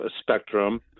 spectrum